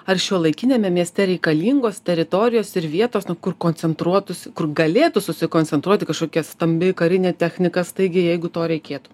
ar šiuolaikiniame mieste reikalingos teritorijos ir vietos na kur koncentruotųsi kur galėtų susikoncentruoti kažkokia stambi karinė technika staigiai jeigu to reikėtų